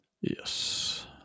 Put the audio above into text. Yes